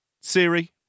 Siri